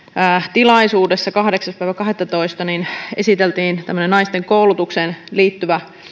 tilaisuudessa kahdeksas kahdettatoista esiteltiin tämmöinen naisten koulutukseen liittyvä